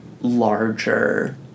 larger